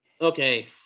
Okay